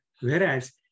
whereas